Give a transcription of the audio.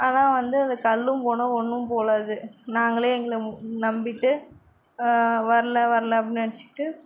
ஆனால் வந்து அந்த கல்லும் போகல ஒன்றும் போகல அது நாங்களே எங்களை நம்பிகிட்டு வரல வரல அப்படின்னு நெனைச்சிட்டு